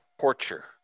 torture